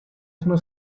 sono